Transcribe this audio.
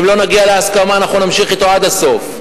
אם לא נגיע להסכמה, נמשיך אתו עד הסוף.